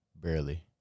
Barely